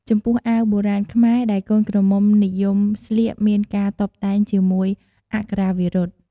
ចំពោះអាវបុរាណខ្មែរដែលកូនក្រមុំនិយមស្លៀកមានការតុបតែងជាមួយអក្ខរាវិរុទ្ធ។